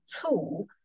tool